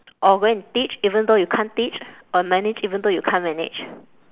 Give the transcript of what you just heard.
or go and teach even though you can't teach or manage even though you can't manage